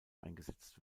eingesetzt